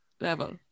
level